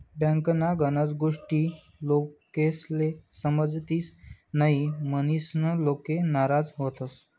बँकन्या गनच गोष्टी लोकेस्ले समजतीस न्हयी, म्हनीसन लोके नाराज व्हतंस